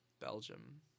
Belgium